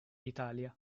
italia